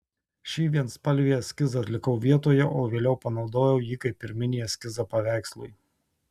šį vienspalvį eskizą atlikau vietoje o vėliau panaudojau jį kaip pirminį eskizą paveikslui